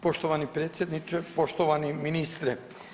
Poštovani predsjedniče, poštovani ministre.